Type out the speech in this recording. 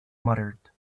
muttered